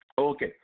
Okay